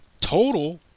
total